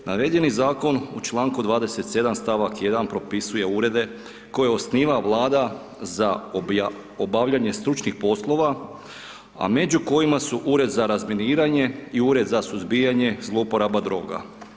Navedeni Zakon u čl. 27. st. 1. propisuje urede koje osniva Vlada za obavljanje stručnih poslova, a među kojima su Ured za razminiranje i Ured za suzbijanje zlouporaba droga.